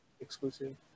exclusive